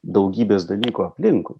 daugybės dalykų aplinku